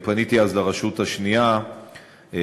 אני פניתי אז לרשות השנייה וביקשתי